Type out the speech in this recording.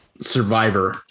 survivor